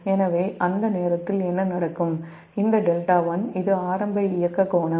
எனவே அந்த நேரத்தில் என்ன நடக்கும் இந்த δ1 இது ஆரம்ப இயக்க கோணம்